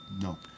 No